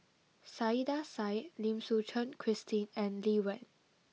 Saiedah Said Lim Suchen Christine and Lee Wen